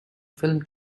film